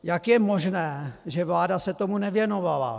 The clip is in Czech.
Jak je možná, že vláda se tomu nevěnovala?